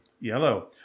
Yellow